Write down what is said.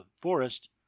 forest